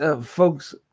folks